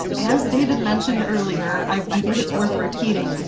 as david mentioned, earlier, i think it's worth repeating,